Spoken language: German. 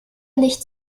nicht